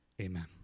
amen